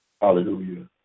hallelujah